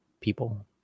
people